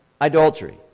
adultery